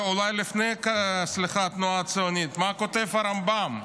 אולי לפני התנועה הציונית, מה כותב הרמב"ם?